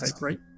right